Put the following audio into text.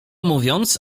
mówiąc